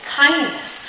kindness